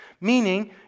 Meaning